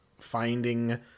finding